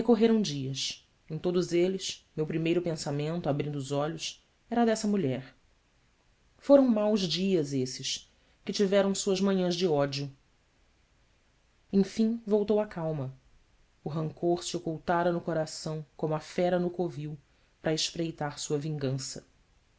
dias em todos eles meu primeiro pensamento abrindo os olhos era dessa mulher foram maus dias esses que tiveram suas manhãs de ódio enfim voltou a calma o rancor se ocultara no coração como a fera no covil para espreitar sua vingança